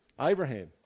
Abraham